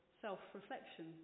self-reflection